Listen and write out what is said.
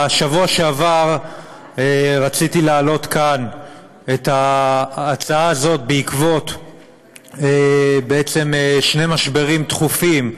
בשבוע שעבר רציתי להעלות כאן את ההצעה הזאת בעקבות שני משברים דחופים,